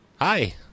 Hi